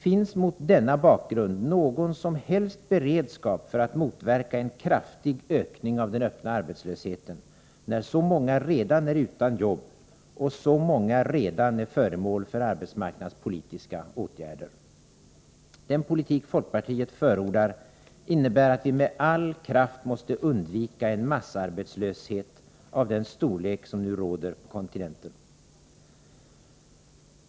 Finns mot denna bakgrund någon som helst beredskap för att motverka en kraftig ökning av den öppna arbetslösheten, när så många redan är utan jobb och så många redan är föremål för arbetsmarknadspolitiska åtgärder? Den politik folkpartiet förordar innebär att vi med all kraft måste undvika en massarbetslöshet av den storlek som nu råder på kontinenten.